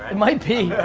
it might be.